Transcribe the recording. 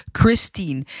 Christine